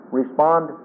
respond